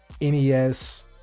NES